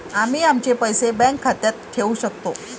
आम्ही आमचे पैसे बँक खात्यात ठेवू शकतो